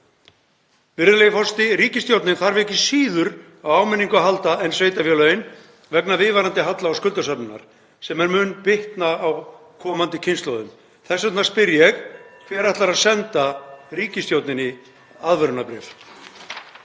Virðulegi forseti. Ríkisstjórnin þarf ekki síður á áminningu að halda en sveitarfélögin vegna viðvarandi halla og skuldasöfnunar sem mun bitna á komandi kynslóðum. Þess vegna spyr ég: Hver ætlar að senda ríkisstjórninni aðvörunarbréf?